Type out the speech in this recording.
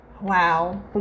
Wow